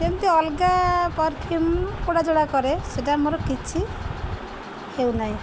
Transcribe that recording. ଯେମିତି ଅଲଗା ପରଫ୍ୟୁମ୍ କୋଉଡ଼ା ଯୋଉଡ଼ା କରେ ସେଟା ମୋର କିଛି ହେଉନାହିଁ